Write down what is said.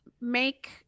make